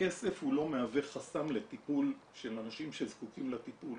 הכסף הוא לא מהווה חסם לטיפול של אנשים שזקוקים לטיפול.